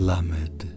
Lamed